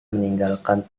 meninggalkan